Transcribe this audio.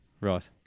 right